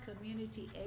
community